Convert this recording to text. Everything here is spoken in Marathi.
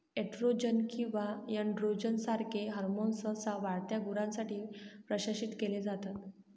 एस्ट्रोजन किंवा एनड्रोजन सारखे हॉर्मोन्स सहसा वाढत्या गुरांसाठी प्रशासित केले जातात